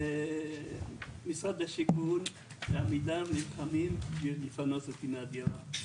ומשרד השיכון עמידר נלחמים לפנות אותי מהדירה.